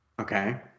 Okay